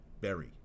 Berry